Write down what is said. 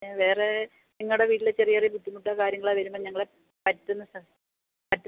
വേറെ നിങ്ങളുടെ വീട്ടില് ചെറിയ ചെറിയ ബുദ്ധിമുട്ടോ കാര്യങ്ങളോ വരുമ്പോള് ഞങ്ങള് പറ്റുന്ന